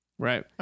Right